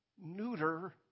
neuter